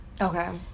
Okay